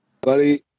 Buddy